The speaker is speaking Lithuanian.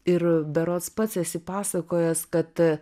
ir berods pats esi pasakojęs kad